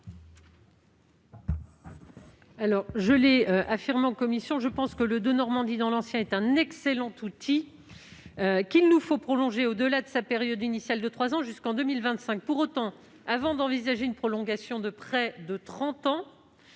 je l'ai souligné en commission, je pense que le « Denormandie dans l'ancien » est un excellent outil, qu'il nous faut prolonger au-delà de sa période initiale de trois ans, jusqu'en 2025. Pour autant, avant d'envisager une prolongation de près de trente